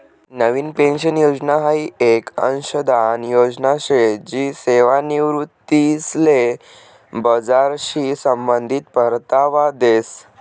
नवीन pension योजना हाई येक अंशदान योजना शे जी सेवानिवृत्तीसले बजारशी संबंधित परतावा देस